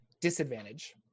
disadvantage